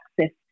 access